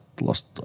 lost